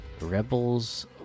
rebels